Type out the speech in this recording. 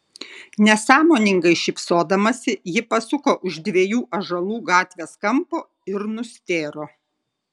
nesąmoningai šypsodamasi ji pasuko už dviejų ąžuolų gatvės kampo ir nustėro